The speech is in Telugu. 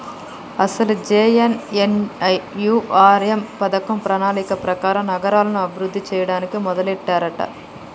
అసలు జె.ఎన్.ఎన్.యు.ఆర్.ఎం పథకం ప్రణాళిక ప్రకారం నగరాలను అభివృద్ధి చేయడానికి మొదలెట్టారంట